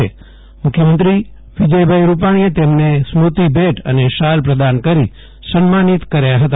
શ્રી મુખ્યમંત્રી વિજય રૂપાણીએ તેમને સ્મૃતિભેટ અને શાલ પ્રદાન કરી સન્માનિત કર્યાં હતા